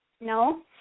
No